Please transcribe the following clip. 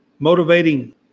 Motivating